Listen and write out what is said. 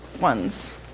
ones